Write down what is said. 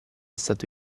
stato